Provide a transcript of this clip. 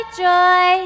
joy